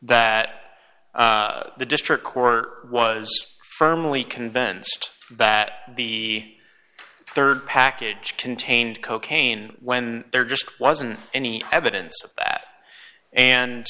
that the district court was firmly convinced that the rd package contained cocaine when there just wasn't any evidence of that and